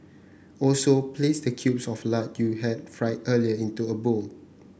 also place the cubes of lard you had fried earlier into a bowl